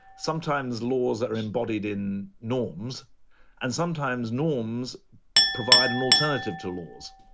sometimes laws that are embodied in norms and sometimes norms provide an alternative to laws.